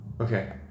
Okay